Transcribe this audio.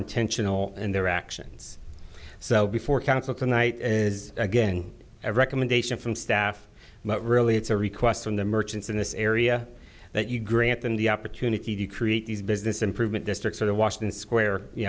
intentional and their actions so before council tonight is again every communication from staff but really it's a request from the merchants in this area that you grant them the opportunity to create these business improvement district sort of washington square you